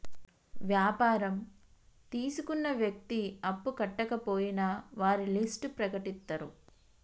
వ్యాపారం తీసుకున్న వ్యక్తి అప్పు కట్టకపోయినా వారి లిస్ట్ ప్రకటిత్తరు